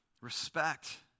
Respect